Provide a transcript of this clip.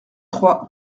trois